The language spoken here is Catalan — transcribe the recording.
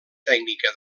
tècnica